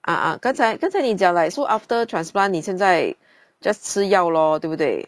ah ah 刚才刚才你讲 like so after transplant 你现在 just 吃药 lor 对不对